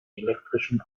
elektrischen